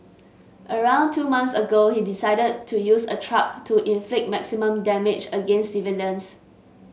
around two months ago he decided to use a truck to inflict maximum damage against civilians